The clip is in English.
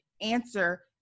answer